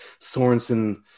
Sorensen